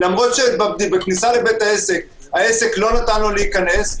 למרות שבכניסה לבית העסק לא נתן לו להיכנס.